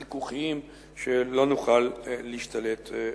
חיכוכיים, שלא נוכל להשתלט עליהם.